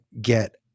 get